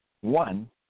one